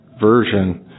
version